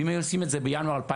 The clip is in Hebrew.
ואם היינו עושים את זה בינואר 2021,